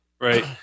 Right